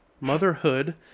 motherhood